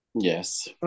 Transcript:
Yes